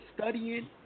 studying